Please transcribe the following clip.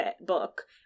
book